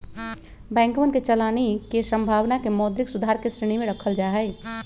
बैंकवन के चलानी के संभावना के मौद्रिक सुधार के श्रेणी में रखल जाहई